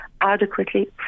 adequately